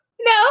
No